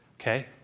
okay